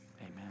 Amen